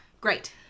Great